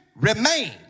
Remain